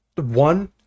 One